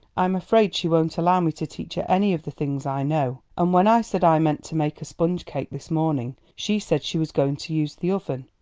i am afraid she won't allow me to teach her any of the things i know and when i said i meant to make a sponge-cake this morning, she said she was going to use the oven.